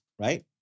right